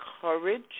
courage